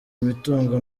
imitungo